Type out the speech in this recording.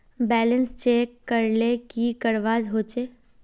Balance check करले की करवा होचे?